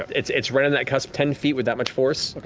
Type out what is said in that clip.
it's it's right on that cusp, ten feet, with that much force. like